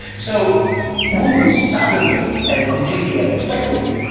so wu is suddenly and completely unexpectedly,